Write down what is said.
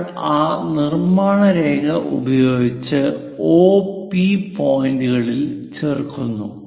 നമ്മൾ ഒരു നിർമാണരേഖ ഉപയോഗിച്ച് O P പോയിന്റുകളിൽ ചേർക്കുന്നു